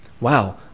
wow